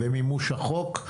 במימוש החוק,